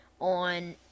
on